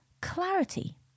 clarity